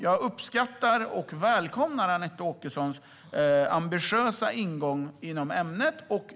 Jag uppskattar och välkomnar Anette Åkessons ambitiösa ingång i ämnet.